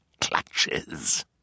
clutches